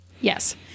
Yes